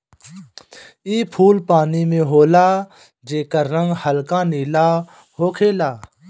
इ फूल पानी में होला जेकर रंग हल्का नीला होखेला